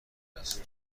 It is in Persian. است